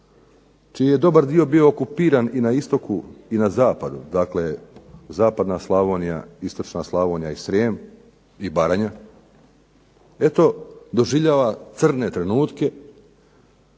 čiji je dobar dio bio okupiran i na istoku i na zapadu, dakle zapadna Slavonija, istočna Slavonija i Srijem i Branja eto doživljava crne trenutke